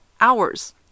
hours